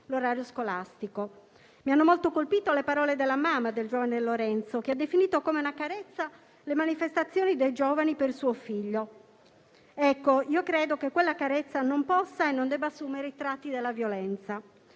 l'orario scolastico. Mi hanno molto colpito le parole della mamma del giovane Lorenzo, che ha definito come una carezza le manifestazioni dei giovani per suo figlio. Credo che quella carezza non possa e non debba assumere i tratti della violenza.